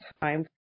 time